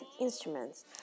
instruments